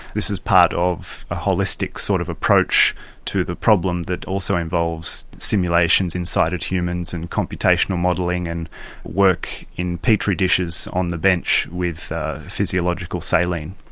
this is part of a holistic sort of approach to the problem that also involves simulations in sighted humans and computational modelling and work in petri dishes on the bench with physiological saline.